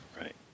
right